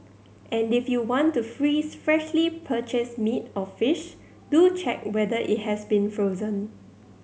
and if you want to freeze freshly purchased meat or fish do check whether it has been frozen